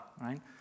right